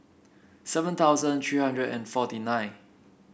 seven thousand three hundred and forty nine